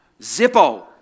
Zippo